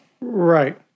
Right